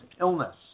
illness